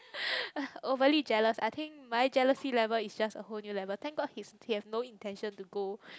overly jealous I think my jealousy level is just a whole new level thank god his he have no intention to